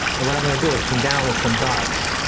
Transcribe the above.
and what i'm going to do is come down with some darks.